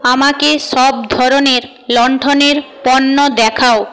আমাকে সব ধরনের লণ্ঠনের পণ্য দেখাও